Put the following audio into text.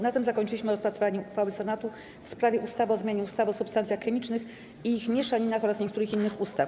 Na tym zakończyliśmy rozpatrywanie uchwały Senatu w sprawie ustawy o zmianie ustawy o substancjach chemicznych i ich mieszaninach oraz niektórych innych ustaw.